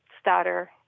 starter